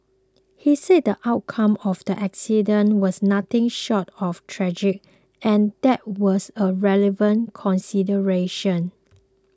he said the outcome of the accident was nothing short of tragic and that was a relevant consideration